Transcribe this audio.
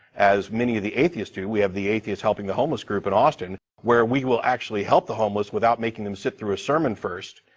as many of the atheist do, we have the atheists helping the homeless group in austin where we will actually help the homeless without making them sit through a sermon first.